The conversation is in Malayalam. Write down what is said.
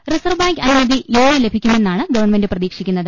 റിസർവ് ബാങ്ക് അനുമതി ഇന്ന് ലഭിക്കുമെന്നാണ് ഗവൺമെന്റ് പ്രതീക്ഷിക്കുന്നത്